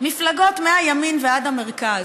מפלגות מהימין ועד המרכז,